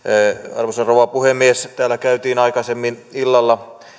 arvoisa rouva puhemies täällä käytiin aikaisemmin illalla